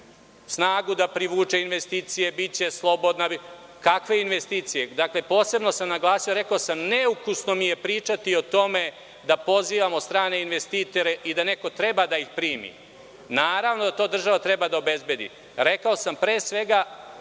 snagu da privuče investicije, biće slobodna. Kakve investicije? Dakle, posebno sam naglasio. Rekao sam, neukusno mi je pričati o tome da pozivamo strane investitore i da neko treba da ih primi. Naravno da to država treba da obezbedi. Rekao sam pre svega